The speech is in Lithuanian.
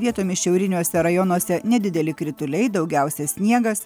vietomis šiauriniuose rajonuose nedideli krituliai daugiausia sniegas